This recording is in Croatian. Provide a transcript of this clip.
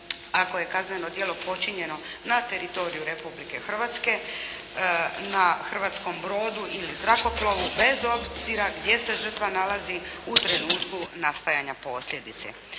ako je kazneno djelo počinjeno na teritoriju Republike Hrvatske, na hrvatskom brodu ili zrakoplovu bez obzira gdje se žrtva nalazi u trenutku nastajanja posljedice.